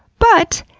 but,